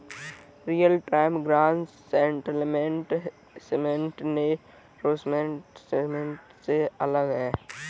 real time gross settlement system net settlement system से अलग है